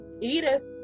Edith